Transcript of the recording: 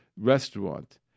restaurant